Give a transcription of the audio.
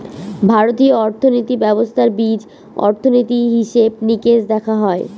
ভারতীয় অর্থনীতি ব্যবস্থার বীজ অর্থনীতি, হিসেব নিকেশ দেখা হয়